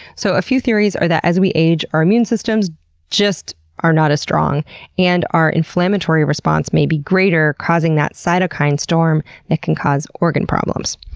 so a few theories are that as we age, our immune systems just are not as strong and our inflammatory response may be greater causing that cytokine storm that can cause organ problems.